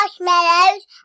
marshmallows